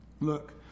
Look